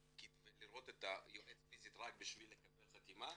ולראות את היועץ פיזית רק בשביל לקבל חתימה,